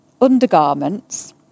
undergarments